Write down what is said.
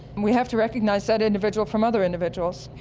we have to recognise that individual from other individuals.